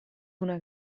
una